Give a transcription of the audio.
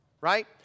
Right